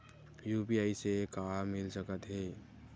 UPI से का मिल सकत हे?